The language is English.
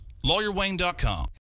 LawyerWayne.com